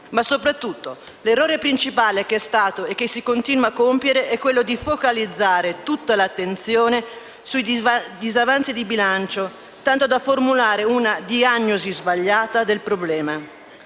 Ma, soprattutto, l'errore principale che è stato e si continua a compiere è focalizzare tutta l'attenzione sui disavanzi di bilancio, tanto da formulare una diagnosi sbagliata del problema.